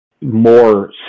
more